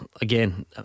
Again